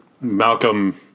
Malcolm